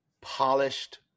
polished